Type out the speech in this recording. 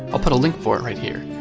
i'll put a link for it right here.